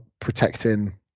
protecting